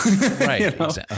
Right